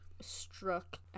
struck